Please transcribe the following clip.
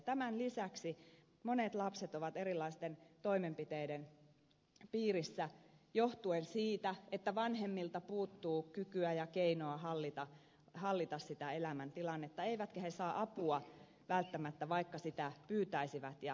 tämän lisäksi monet lapset ovat erilaisten toimenpiteiden piirissä johtuen siitä että vanhemmilta puuttuu kykyä ja keinoa hallita sitä elämäntilannetta eivätkä he välttämättä saa apua vaikka sitä pyytäisivät ja kysyisivät